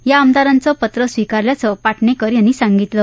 या आमदारांचं पत्र स्वीकारल्याचं पाटणेकर यांनी सांगितलं